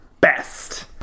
Best